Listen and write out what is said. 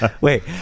Wait